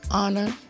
honor